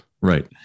Right